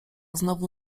znowu